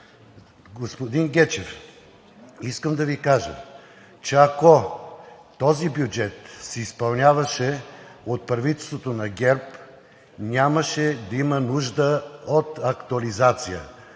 Господин Гечев, искам да Ви кажа, че ако този бюджет се изпълняваше от правителството на ГЕРБ, нямаше да има нужда от актуализация.